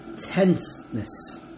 tenseness